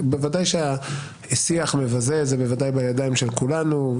בוודאי שהיה שיח מבזה וזה בוודאי בידיים של כולנו.